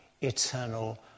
eternal